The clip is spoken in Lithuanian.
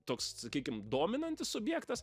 toks sakykim dominantis subjektas